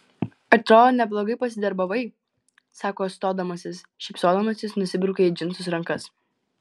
atrodo neblogai pasidarbavai sako stodamasis šypsodamasis nusibraukia į džinsus rankas